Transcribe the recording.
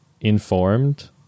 informed